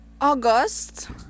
August